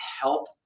help